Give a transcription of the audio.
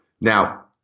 Now